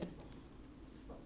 actually not bad not bad